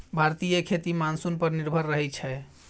भारतीय खेती मानसून पर निर्भर रहइ छै